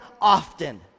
often